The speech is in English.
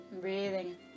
Breathing